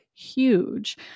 huge